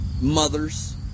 mothers